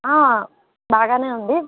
బాగానే ఉంది